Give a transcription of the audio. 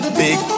big